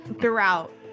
throughout